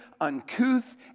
uncouth